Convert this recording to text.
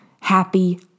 Happy